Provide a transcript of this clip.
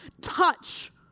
touch